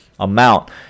Amount